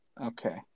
Okay